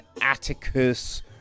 Atticus